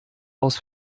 aus